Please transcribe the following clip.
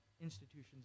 institutions